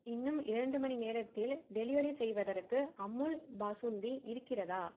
இன்னும் இரண்டு மணி நேரத்தில் டெலிவரி செய்வதற்கு அமுல் பாசுந்தி இருக்கிறதா